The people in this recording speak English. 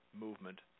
Movement